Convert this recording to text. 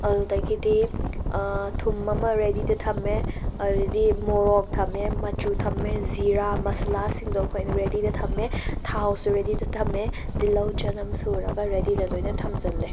ꯑꯗꯨꯗꯒꯤꯗꯤ ꯊꯨꯝ ꯑꯃ ꯔꯦꯗꯤꯗ ꯊꯝꯃꯦ ꯑꯗꯨꯗꯩꯗꯤ ꯃꯣꯔꯣꯛ ꯊꯝꯃꯦ ꯃꯆꯨ ꯊꯝꯃꯦ ꯖꯤꯔꯥ ꯃꯁꯥꯂꯥꯁꯤꯡꯗꯣ ꯑꯩꯈꯣꯏꯅ ꯔꯦꯗꯤꯗ ꯊꯝꯃꯦ ꯊꯥꯎꯁꯨ ꯔꯦꯗꯤꯗ ꯊꯝꯃꯦ ꯇꯤꯜꯍꯧ ꯆꯅꯝ ꯁꯨꯔꯒ ꯔꯦꯗꯤꯗ ꯂꯣꯏꯅ ꯊꯝꯖꯜꯂꯦ